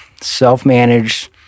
self-managed